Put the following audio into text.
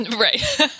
Right